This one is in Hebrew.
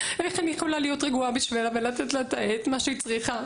איך אני יכולה להיות רגועה בשבילה ולתת לה את מה שהיא צריכה?